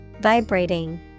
vibrating